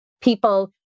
people